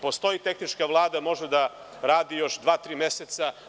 Postoji tehnička Vlada i može da radi još dva, tri meseca.